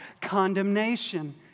condemnation